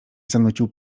zanucił